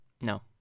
no